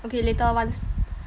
okay later once